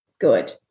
Good